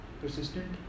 persistent